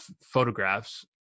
photographs